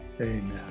amen